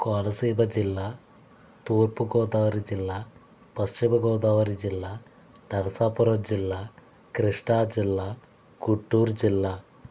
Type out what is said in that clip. కోనసీమ జిల్లా పూర్పు గోదావరి జిల్లా పశ్చిమ గోదావరి జిల్లా నరసాపురం జిల్లా క్రిష్ణా జిల్లా గుంటూరు జిల్లా